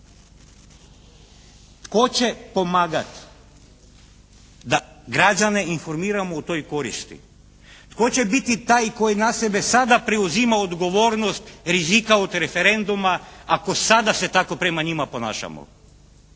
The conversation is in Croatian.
Tko će pomagati da građane informiramo u toj koristi? Tko će biti taj koji na sebe sada preuzima odgovornost rizika od referenduma ako sada se tako prema njima ponašamo.